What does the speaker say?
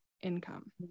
income